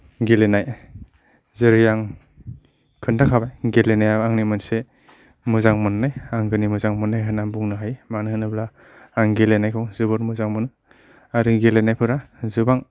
गेलेनाय जेरै आं खोन्थाखाबाय गेलेनाया आंनि मोनसे मोजां मोन्नाय आंगोनि मोजां मोन्नाय होन्नानै बुंनो हायो मानो होनोब्ला आं गेलेनायखौ जोबोद मोजां मोनो आरो गेलेनायफोरा जोबां